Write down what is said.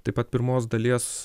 taip pat pirmos dalies